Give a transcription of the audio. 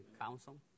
council